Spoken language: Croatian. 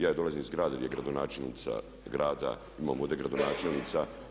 Ja dolazim iz grada gdje je gradonačelnica grada, imamo ovdje gradonačelnica.